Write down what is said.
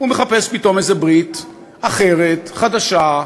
הוא מחפש פתאום איזו ברית אחרת, חדשה,